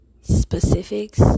specifics